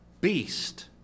beast